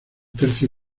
tercio